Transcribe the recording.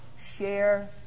share